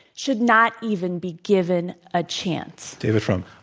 should not even be given a chance? david frum.